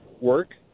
work